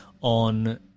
on